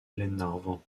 glenarvan